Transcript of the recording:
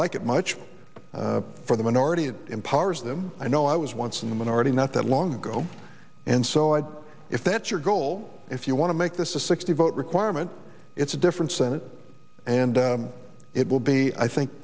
like it much for the minorities empowers them i know i was once in the minority not that long ago and so i if that's your goal if you want to make the sixty vote requirement it's a different senate and it will be i think